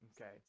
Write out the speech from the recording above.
Okay